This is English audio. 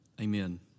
Amen